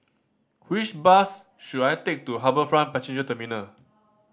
which bus should I take to HarbourFront Passenger Terminal